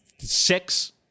six